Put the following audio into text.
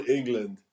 England